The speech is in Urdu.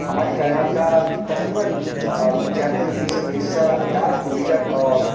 ہماری کائنات کا تقریباً پچانوے فیصد حصہ ڈارک میٹر اور